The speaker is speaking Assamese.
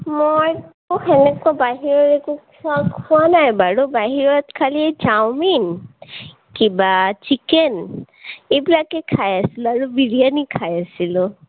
মইতো সেনেকুৱা বাহিৰত একো খোৱা খোৱা নাই বাৰু বাহিৰত খালি চাওমিন কিবা চিকেন এইবিলাকে খাই আছিলোঁ আৰু বিৰিয়ানী খাই আছিলোঁ